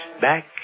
back